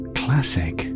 classic